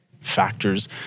factors